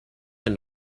and